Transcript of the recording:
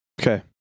Okay